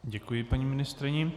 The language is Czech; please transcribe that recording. Děkuji paní ministryni.